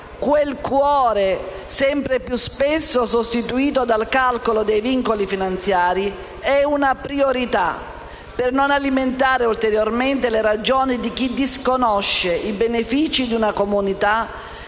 quel cuore sempre più spesso sostituito dal calcolo dei vincoli finanziari, è una priorità per non alimentare ulteriormente le ragioni di chi disconosce i benefici di una comunità